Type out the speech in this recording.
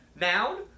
noun